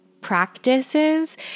practices